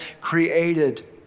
created